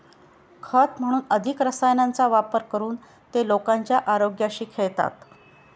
खत म्हणून अधिक रसायनांचा वापर करून ते लोकांच्या आरोग्याशी खेळतात